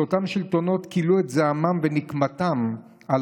אותם שלטונות כילו את זעמם ונקמתם על